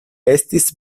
estis